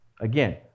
again